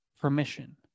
permission